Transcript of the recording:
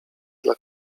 dla